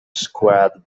square